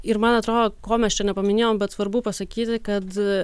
ir man atrodo ko mes čia nepaminėjom bet svarbu pasakyti kad